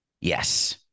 Yes